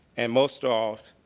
and most off,